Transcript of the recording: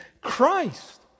Christ